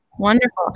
Wonderful